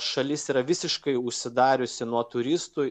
šalis yra visiškai užsidariusi nuo turistų